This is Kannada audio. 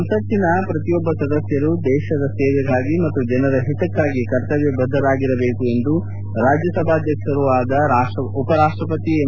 ಸಂಸತ್ತಿನ ಪ್ರತಿಯೊಬ್ಬ ಸದಸ್ಯರು ದೇಶದ ಸೇವೆಗಾಗಿ ಮತ್ತು ಜನರ ಹಿತಕ್ಕಾಗಿ ಕರ್ತವ್ಯ ಬದ್ದರಾಗಿರಬೇಕೆಂದು ರಾಜ್ಯಸಭಾಧ್ಯಕ್ಷರೂ ಆದ ಉಪರಾಷ್ಟ ಪತಿ ಎಂ